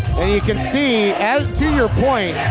and you can see and to your point.